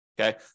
okay